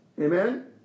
Amen